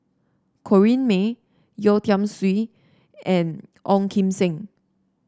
Corrinne May Yeo Tiam Siew and Ong Kim Seng